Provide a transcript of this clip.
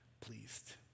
pleased